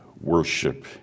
worship